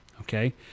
Okay